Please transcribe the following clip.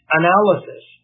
analysis